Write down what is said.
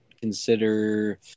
consider